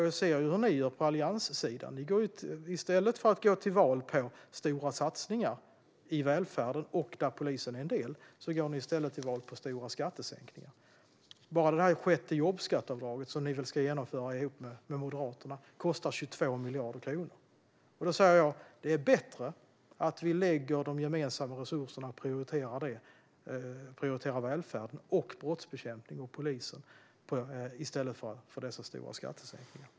Jag ser ju hur ni på allianssidan gör. I stället för att gå till val på stora satsningar i välfärden, där polisen är en del, går ni i stället till val på stora skattesänkningar. Bara det där sjätte jobbskatteavdraget som ni ska genomföra ihop med Moderaterna kostar 22 miljarder kronor. Då säger jag att det är bättre att vi lägger de gemensamma resurserna på att prioritera välfärden, brottsbekämpning och polisen i stället för dessa stora skattesänkningar.